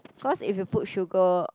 cause if you put sugar